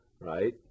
right